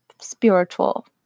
spiritual